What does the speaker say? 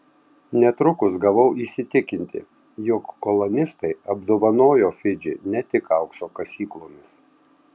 netrukus gavau įsitikinti jog kolonistai apdovanojo fidžį ne tik aukso kasyklomis